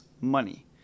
money